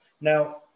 Now